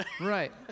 right